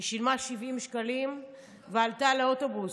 היא שילמה 70 שקלים ועלתה לאוטובוס.